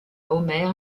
homer